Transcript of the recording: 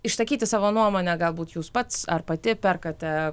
išsakyti savo nuomonę galbūt jūs pats ar pati perkate